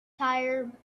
tire